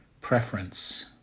preference